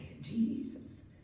Jesus